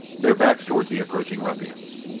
their backs toward the approaching ruffians.